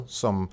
som